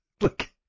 Look